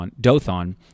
Dothan